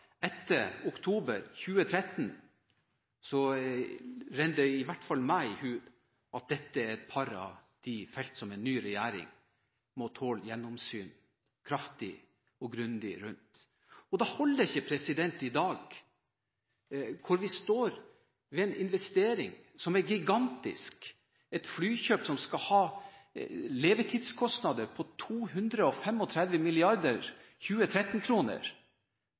etter oktober 2013, skal iallfall jeg huske at dette er et par av de feltene der en ny regjering må tåle kraftig og grundig gjennomsyn. Det holder ikke – når vi står overfor en investering som er gigantisk, et flykjøp som skal ha levetidskostnader på